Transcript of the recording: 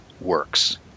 works